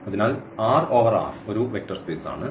അതിനാൽ R over R ഒരു vector space ആണ്